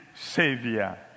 Savior